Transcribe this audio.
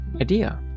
idea